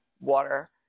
water